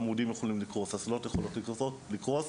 עמודים והצללות יכולים לקרוס,